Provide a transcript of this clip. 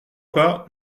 pas